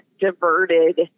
diverted